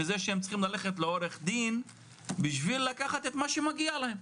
מזה שהם צריכים ללכת לעורך דין בשביל לקחת את מה שמגיע להם,